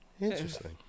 Interesting